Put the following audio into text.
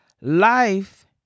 life